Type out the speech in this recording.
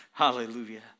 hallelujah